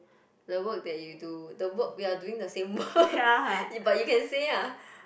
the work that you do the work we are doing the same work but you can say ah